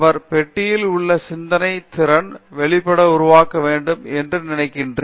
அவர்கள் பெட்டியில் உள்ள சிந்தனை திறன் வெளியே உருவாக்கப்பட வேண்டும் என்று நினைக்கிறேன்